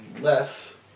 less